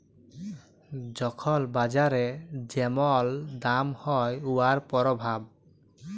যখল বাজারে যেমল দাম হ্যয় উয়ার পরভাব